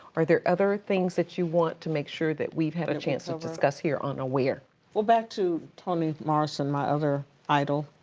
are there other things that you want to make sure that we've had a chance to so discuss here on aware? well back to toni morrison, my other idol,